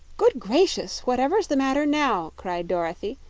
good gracious! whatever's the matter now? cried dorothy,